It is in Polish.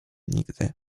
nigdy